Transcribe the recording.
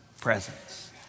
presence